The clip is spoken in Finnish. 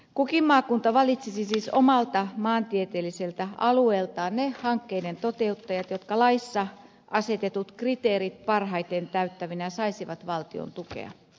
kukin maakunta valitsisi siis omalta maantieteelliseltä alueeltaan ne hankkeiden toteuttajat jotka laissa asetetut kriteerit parhaiten täyttävinä saisivat valtion tukea